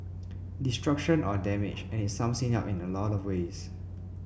destruction or damage and it sums in a lot of ways